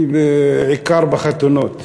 בעיקר בחתונות.